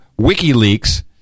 WikiLeaks